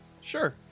Sure